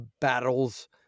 battles